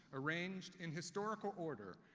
arranged in historical order,